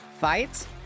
fights